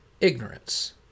ignorance